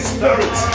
Spirit